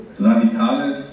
radikales